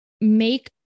make